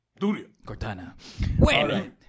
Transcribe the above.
Cortana